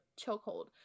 chokehold